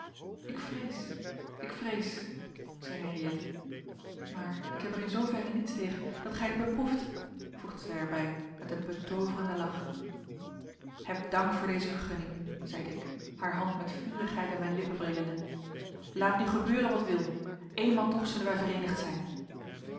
ik vrees ik vrees zeide henriëtte maar ik heb er in zooverre niets tegen dat gij het beproeft voegde zij er bij met een betooverenden lach heb dank voor deze vergunning zeide ik haar hand met vurigheid aan mijn lippen brengende laat nu gebeuren wat wil eenmaal toch zullen wij vereenigd zijn